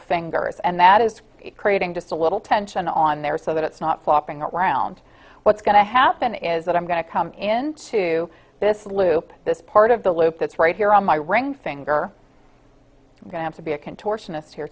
fingers and that is creating just a little tension on there so that it's not flopping around what's going to happen is that i'm going to come into this loop that's part of the loop that's right here on my ring finger going to be a contortionist here